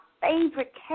favorite